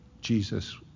Jesus